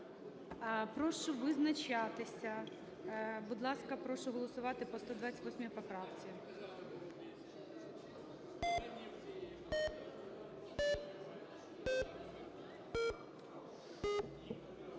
Прошу визначатися. Будь ласка, прошу голосувати по 128 поправці.